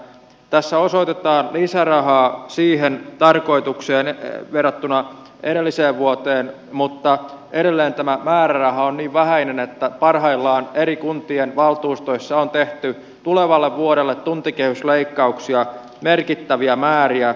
tässä osoitetaan lisärahaa siihen tarkoitukseen verrattuna edelliseen vuoteen mutta edelleen tämä määräraha on niin vähäinen että parhaillaan eri kuntien valtuustoissa on tehty tulevalle vuodelle tuntikehysleikkauksia merkittäviä määriä